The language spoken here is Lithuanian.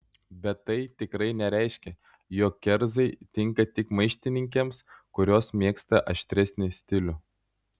bet tai tikrai nereiškia jog kerzai tinka tik maištininkėms kurios mėgsta aštresnį stilių